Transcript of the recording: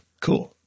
Cool